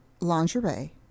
lingerie